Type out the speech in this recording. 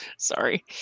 Sorry